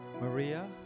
Maria